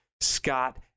scott